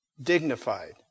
dignified